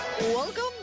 Welcome